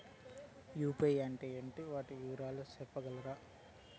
UPI అంటే ఏమి? వాటి వివరాలు సెప్పగలరా?